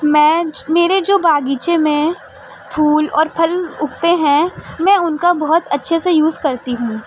میں میرے جو باغیچے میں پھول اور پھل اگتے ہیں میں ان کا بہت اچھے سے یوز کرتی ہوں